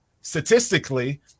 Statistically